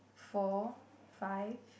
four five